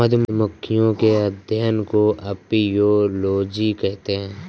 मधुमक्खियों के अध्ययन को अपियोलोजी कहते हैं